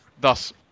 thus